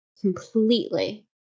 completely